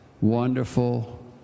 wonderful